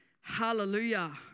Hallelujah